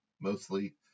mostly